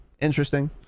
Interesting